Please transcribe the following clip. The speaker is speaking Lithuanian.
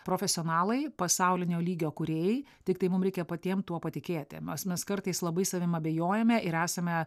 profesionalai pasaulinio lygio kūrėjai tiktai mum reikia patiem tuo patikėti nes mes kartais labai savim abejojame ir esame